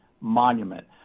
monument